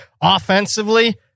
Offensively